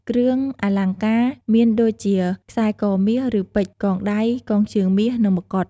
គ្រឿងអលង្ការមានដូចជាខ្សែកមាស ឬ ពេជ្រ កងដៃ កងជើងមាស និង ម្កុដ។